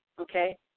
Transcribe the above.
okay